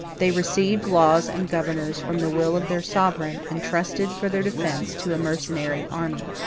they received laws and governors from the will of their sovereign, and trusted for their defence to a mercenary army.